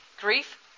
grief